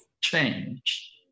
change